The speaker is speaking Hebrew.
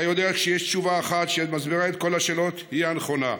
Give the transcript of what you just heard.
אתה יודע שכשיש תשובה אחת שמסבירה את כל השאלות היא הנכונה,